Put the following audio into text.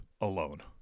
alone